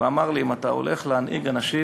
והוא אמר לי: אם אתה הולך להנהיג אנשים